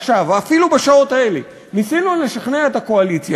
עכשיו או אפילו בשעות האלה ניסינו לשכנע את הקואליציה